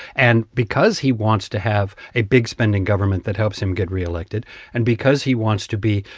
and because he wants to have a big spending government that helps him get reelected and because he wants to be,